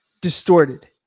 distorted